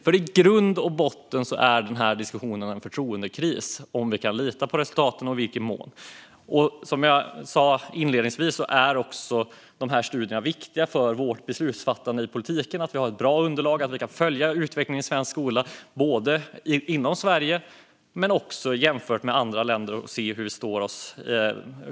I grund och botten handlar denna diskussion nämligen om en förtroendekris och om vi kan lita på resultaten. Som jag sa inledningsvis är dessa studier också viktiga för vårt beslutsfattande i politiken. Det är viktigt att vi har ett bra underlag och att vi kan följa utvecklingen i svensk skola inom Sverige och jämfört med andra länder. Fru talman!